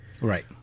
Right